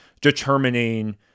determining